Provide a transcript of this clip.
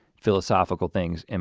philosophical things. and